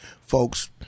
Folks